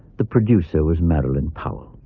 the producer was marilyn powell.